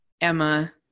Emma